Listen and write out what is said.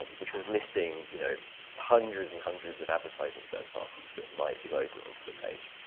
which was listing you know hundreds and hundreds of advertising third parties that might be loaded onto the page.